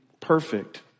perfect